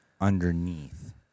Underneath